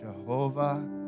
Jehovah